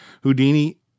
Houdini